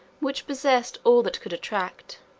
which possessed all that could attract,